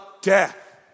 death